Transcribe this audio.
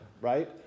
right